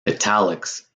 italics